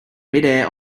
midair